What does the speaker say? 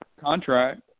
contract